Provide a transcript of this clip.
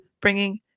bringing